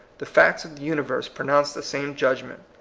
the facts of the universe pronounce the same judgment.